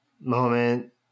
moment